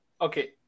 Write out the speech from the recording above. okay